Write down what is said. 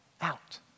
out